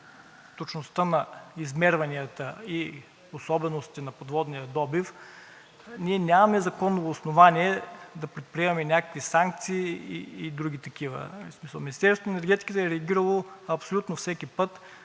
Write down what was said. точността на измерванията и особеностите на подводния добив, ние нямаме законово основание да предприемаме някакви санкции и други такива. Министерството на енергетиката е реагирало абсолютно всеки път